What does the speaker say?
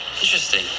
Interesting